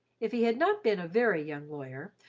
if he had not been a very young lawyer,